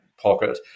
pocket